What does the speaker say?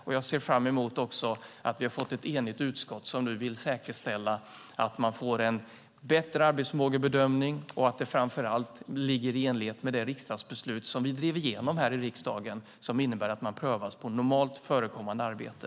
Vi är alltså ett enigt utskott som nu vill säkerställa att man får en bättre arbetsförmågebedömning och att det framför allt är i enlighet med det riksdagsbeslut som vi drev igenom här i riksdagen som innebär att man prövas mot normalt förekommande arbete.